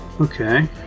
okay